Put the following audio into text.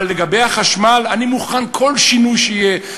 לגבי החשמל, אני מוכן לכל שינוי שיהיה.